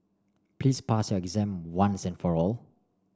please pass your exam once and for all